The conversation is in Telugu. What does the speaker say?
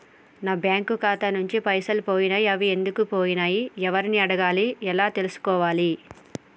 నా బ్యాంకు ఖాతా నుంచి పైసలు పోయినయ్ అవి ఎందుకు పోయినయ్ ఎవరిని అడగాలి ఎలా తెలుసుకోవాలి?